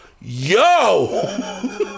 yo